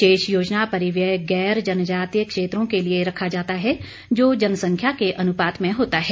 शेष योजना परिव्यय गैर जनजातीय क्षेत्रों के लिए रखा जाता है जो जनसंख्या के अनुपात में होता है